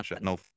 No